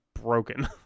broken